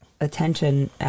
attention